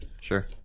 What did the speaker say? Sure